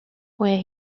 where